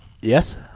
Yes